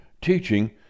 teaching